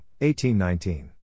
18-19